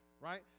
right